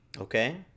Okay